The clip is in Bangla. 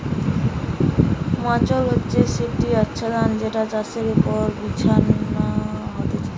মাল্চ হচ্ছে সেটি আচ্ছাদন যেটা চাষের জমির ওপর বিছানো হতিছে